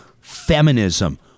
feminism